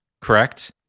correct